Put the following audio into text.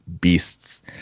beasts